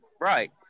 right